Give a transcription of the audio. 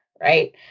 right